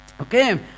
Okay